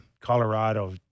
Colorado